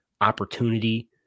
opportunity